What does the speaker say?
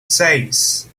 seis